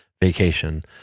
vacation